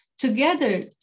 Together